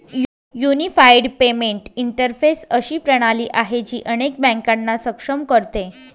unified payment interface अशी प्रणाली आहे, जी अनेक बँकांना सक्षम करते